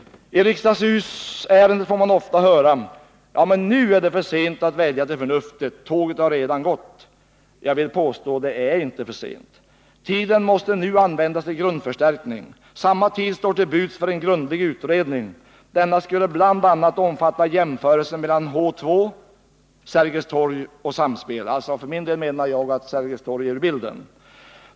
I riksdagshusärendet får man ofta höra: Nu är det för sent att vädja till förnuftet. Tåget har redan gått. Men jag vill påstå att det inte är för sent. Tiden måste nu användas till grundförstärkning. Samma tid står till buds för en grundlig utredning. En sådan skulle bl.a. omfatta en jämförelse mellan H 2, Sergels torg och Samspel. För min del menar jag att Sergels torg är ur bilden.